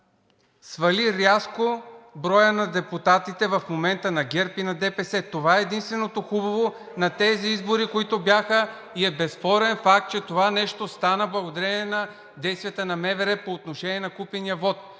свали рязко броя на депутатите в момента на ГЕРБ и на ДПС. Това е единственото хубаво на тези избори, които бяха, и е безспорен факт, че това нещо стана благодарение на действията на МВР по отношение на купения вот.